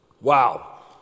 wow